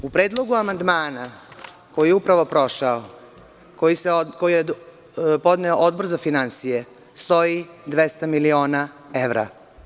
U predlogu amandmana koji je upravo prošao, koji je podneo Odbor za finansije, stoji 200 miliona evra.